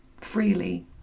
freely